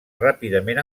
ràpidament